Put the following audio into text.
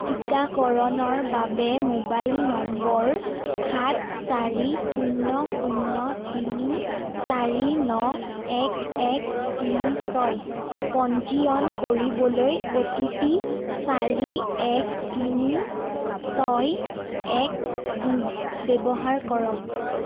টিকাকৰণৰ বাবে mobile number সাত চাৰি শূন্য শূন্য তিনি চাৰি ন এক এক তিনি ছয় পঞ্জীয়ন কৰিবলৈ অ' টি পি চাৰি এক তিনি ছয় এক দুই ব্যৱহাৰ কৰক